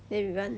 then we run